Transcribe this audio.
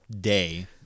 day